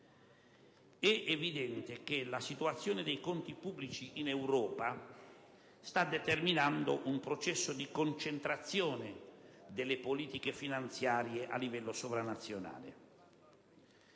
È evidente che la situazione dei conti pubblici in Europa sta determinando un processo di concentrazione delle politiche finanziarie a livello sovranazionale.